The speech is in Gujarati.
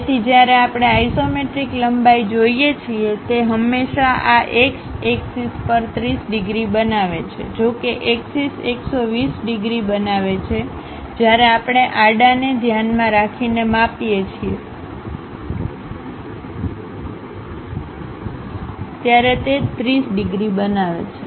તેથી જ્યારે આપણે આઇસોમેટ્રિક લંબાઈ જોઈએ છીએ તે હંમેશાં આ એક્સ એક્સિસ પર 30 ડિગ્રી બનાવે છે જો કે એક્સિસ 120 ડિગ્રી બનાવે છે જ્યારે આપણે આડાને ધ્યાનમાં રાખીને માપીએ છીએ ત્યારે તે 30 ડિગ્રી બનાવે છે